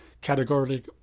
categorically